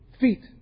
feet